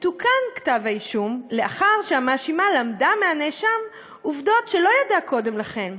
מתוקן כתב האישום לאחר שהמאשימה למדה מהנאשם עובדות שלא ידעה קודם לכן,